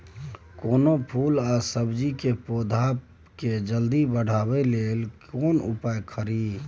कोनो फूल आ सब्जी के पौधा के जल्दी बढ़ाबै लेल केना उपाय खरी?